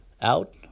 out